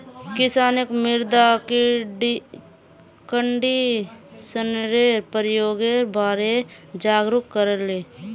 किसानक मृदा कंडीशनरेर प्रयोगेर बारे जागरूक कराले